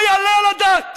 לא יעלה על הדעת.